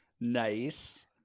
Nice